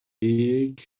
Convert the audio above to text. big